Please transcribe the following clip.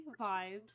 vibes